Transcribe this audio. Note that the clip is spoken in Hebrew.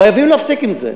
חייבים להפסיק עם זה,